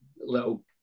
little